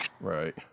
Right